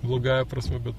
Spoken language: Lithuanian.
blogąja prasme bet